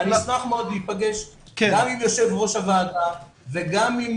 אני אשמח מאוד להיפגש גם עם יושב-ראש הוועדה וגם עם